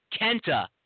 Kenta